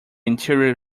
interior